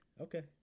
Okay